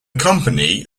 company